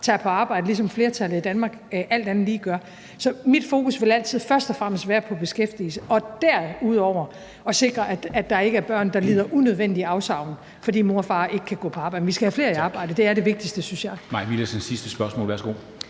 tager på arbejde, ligesom flertallet i Danmark alt andet lige gør. Så mit fokus vil altid først og fremmest være på beskæftigelse og derudover på at sikre, at der ikke er børn, der lider unødvendige afsavn, fordi mor og far ikke kan gå på arbejde. Vi skal have flere i arbejde; det er det vigtigste, synes jeg. Kl. 13:39 Formanden